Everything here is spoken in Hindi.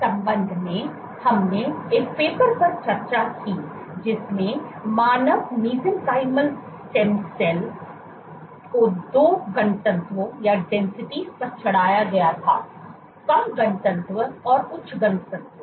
इस संबंध में हमने एक पेपर पर चर्चा की जिसमें मानव मेसेनकाइमल स्टेम सेल को 2 घनत्वों पर चढ़ाया गया था कम घनत्व और उच्च घनत्व